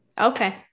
Okay